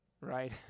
right